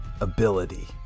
ability